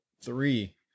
three